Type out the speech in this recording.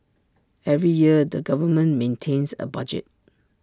every year the government maintains A budget